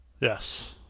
Yes